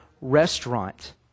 restaurant